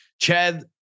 Chad